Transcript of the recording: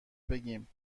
بگیم